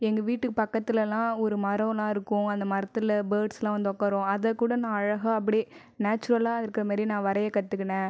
எங்கள் வீட்டு பக்கத்துலெலாம் ஒரு மரலாம் இருக்கும் அந்த மரத்தில் பேர்ட்ஸ்லாம் வந்து உட்காரும் அதை கூட நான் அழகாக அப்படியே நேச்சுரலாக இருக்கற மாரி நான் வரையை கற்றுக்குனேன்